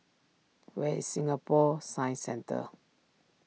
where is Singapore Science Centre